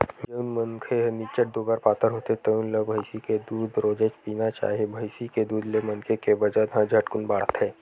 जउन मनखे ह निच्चट दुबर पातर होथे तउन ल भइसी के दूद रोजेच पीना चाही, भइसी के दूद ले मनखे के बजन ह झटकुन बाड़थे